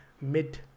mid